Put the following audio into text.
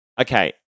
Okay